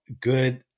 good